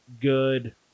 good